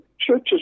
churches